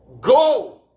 Go